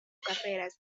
carreras